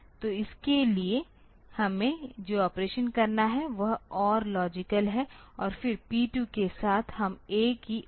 तो इसके लिए हमें जो ऑपरेशन करना है वह OR लॉजिकल है और फिर P 2 के साथ हम A की OR लॉजिकिंग करते हैं